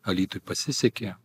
alytui pasisekė